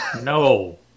No